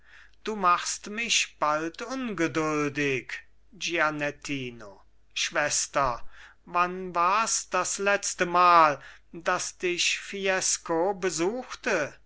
du machst mich bald ungeduldig gianettino schwester wann wars das letztemal daß dich fiesco besuchte